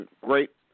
great